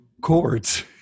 chords